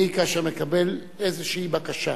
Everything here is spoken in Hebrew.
כאשר אני מקבל איזושהי בקשה